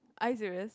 are you serious